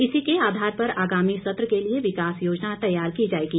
इसी के आधार पर आगामी सत्र के लिए विकास योजना तैयार की जाएगी